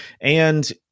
And-